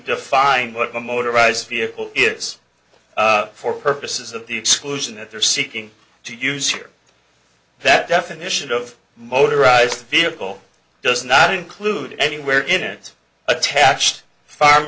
define what a motorized vehicle is for purposes of the exclusion that they're seeking to use here that definition of motorized vehicle does not include anywhere in its attached farm